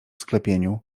sklepieniu